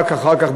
רק אחר כך,